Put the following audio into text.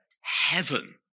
heaven